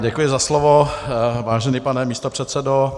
Děkuji za slovo, vážený pane místopředsedo.